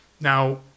Now